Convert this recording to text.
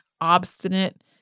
obstinate